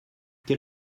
quel